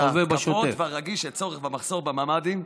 את ההתקפות והצורך והמחסור בממ"דים,